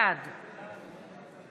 בעד